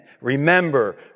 remember